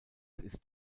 ist